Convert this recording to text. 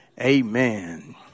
Amen